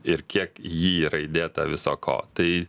ir kiek į jį yra įdėta viso ko tai